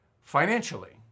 financially